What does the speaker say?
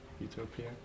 utopia